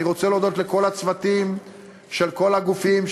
אני רוצה להודות לכל הצוותים של כל הגופים,